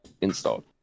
installed